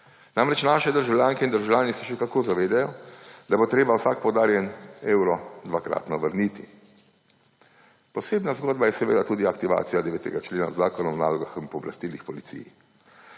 Namreč, naše državljanke in državljani se še kako zavedajo, da bo treba vsak podarjen evro dvakratno vrniti. Posebna zgodba je seveda tudi aktivacija 9. člena Zakona o nalogah in pooblastilih policiji.